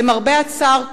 למרבה הצער,